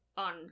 on